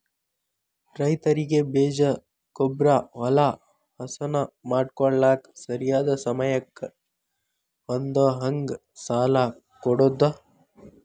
ರೈತರಿಗೆ ಬೇಜ, ಗೊಬ್ಬ್ರಾ, ಹೊಲಾ ಹಸನ ಮಾಡ್ಕೋಳಾಕ ಸರಿಯಾದ ಸಮಯಕ್ಕ ಹೊಂದುಹಂಗ ಸಾಲಾ ಕೊಡುದ